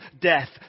death